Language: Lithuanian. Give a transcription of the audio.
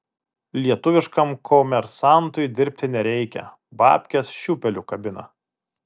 lietuviškam komersantui dirbti nereikia babkes šiūpeliu kabina